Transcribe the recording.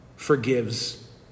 forgives